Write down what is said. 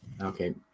Okay